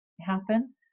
happen